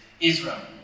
Israel